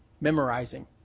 memorizing